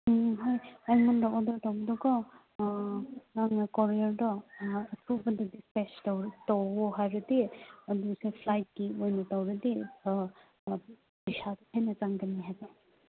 ꯎꯝ ꯍꯣꯏ ꯑꯩꯉꯣꯟꯗ ꯑꯣꯗꯔ ꯇꯧꯕꯗꯨꯀꯣ ꯅꯪꯅ ꯀꯣꯔꯤꯌꯔꯗꯣ ꯑꯊꯨꯕꯗ ꯗꯤꯁꯄꯦꯁ ꯇꯧꯋꯣ ꯍꯥꯏꯔꯗꯤ ꯑꯗꯨꯁꯨ ꯐ꯭ꯂꯥꯏꯠꯀꯤ ꯑꯣꯏꯅ ꯇꯧꯔꯗꯤ ꯄꯩꯁꯥꯗꯨ ꯍꯦꯟꯅ ꯆꯪꯒꯅꯤ ꯍꯥꯏꯕ